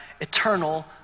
eternal